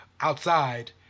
outside